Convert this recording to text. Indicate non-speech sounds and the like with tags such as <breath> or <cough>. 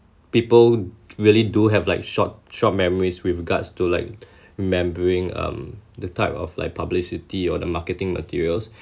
people really do have like short short memories with regards to like <breath> remembering um the type of like publicity or the marketing materials